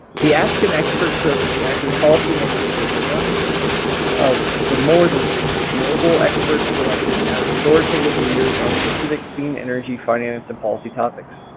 the ask an expert service matches policy makers with one of the more than sixty global experts selected as authoritative leaders on specific clean energy finance and policy topics.